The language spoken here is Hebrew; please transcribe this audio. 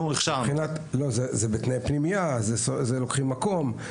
מדובר בהכשרה בתנאי פנימייה, לוקחים מקום.